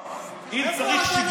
איפה,